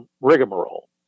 rigmarole